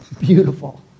beautiful